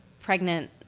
pregnant